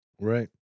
Right